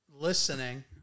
listening